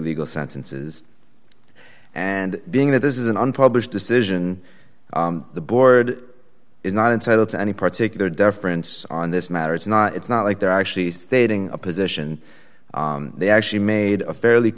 legal sentences and being that this is an unpublished decision the board is not entitled to any particular deference on this matter it's not it's not like they're actually stating a position they actually made a fairly